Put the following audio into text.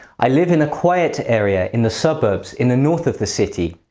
i live in a quiet area in the suburbs, in the north of the city.